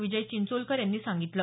विजय चिंचोलकर यांनी सांगितलं